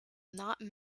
not